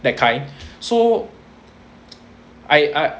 that kind so I I